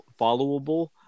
followable